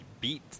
beat